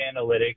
analytics